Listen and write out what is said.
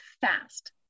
fast